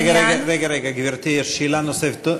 רגע, גברתי, שאלה נוספת.